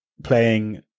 playing